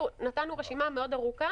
נתנו רשימה מאוד ארוכה